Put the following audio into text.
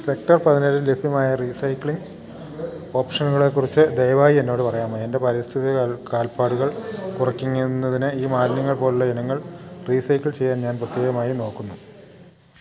sector പതിനേഴിൽ ലഭ്യമായ recycling ഓപ്ഷനുകളെക്കുറിച്ച് ദയവായി എന്നോട് പറയാമോ എൻ്റെ പാരിസ്ഥിതിക കാൽപ്പാടുകൾ കുറയ്ക്കുന്നതിന് ഇ മാലിന്യങ്ങൾ പോലുള്ള ഇനങ്ങൾ റീസൈക്കിൾ ചെയ്യാൻ ഞാൻ പ്രത്യേകമായി നോക്കുന്നു